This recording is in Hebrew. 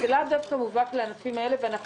זה לאו דווקא מובהק לענפים האלה ואנחנו